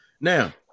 now